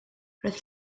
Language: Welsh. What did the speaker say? roedd